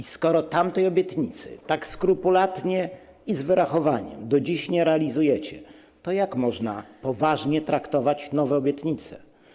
A skoro tamtej obietnicy tak skrupulatnie i z wyrachowaniem do dziś nie realizujecie, to jak można poważnie traktować nowe obietnice?